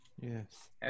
Yes